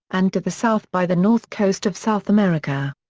and to the south by the north coast of south america.